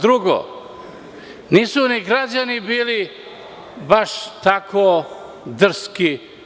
Drugo, nisu ni građani bili baš tako drski.